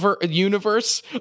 universe